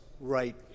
right